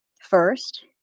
First